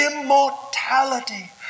immortality